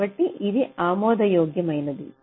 కాబట్టి ఇది ఆమోదయోగ్యమైనది